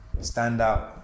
standout